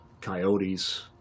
coyotes